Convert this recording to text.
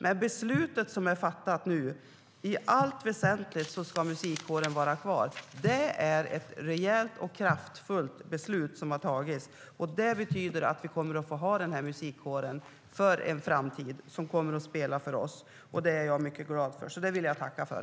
Men det beslut som nu är fattat om att musikkåren i allt väsentligt ska vara kvar är ett rejält och kraftfullt beslut. Det betyder att vi kommer att få ha den här musikkåren i en framtid och att den kommer att spela för oss. Det är jag mycket glad för och vill tacka för.